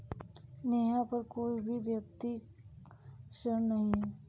नेहा पर कोई भी व्यक्तिक ऋण नहीं है